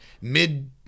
mid